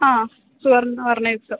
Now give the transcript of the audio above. हा सुवर्णवर्णयुक्तं